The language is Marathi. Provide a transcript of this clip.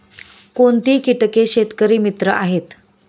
कोणती किटके शेतकरी मित्र आहेत?